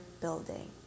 building